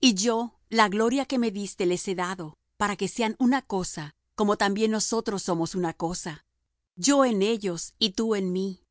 y yo la gloria que me diste les he dado para que sean una cosa como también nosotros somos una cosa yo en ellos y tú en mí